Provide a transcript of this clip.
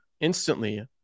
instantly